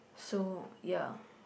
so ya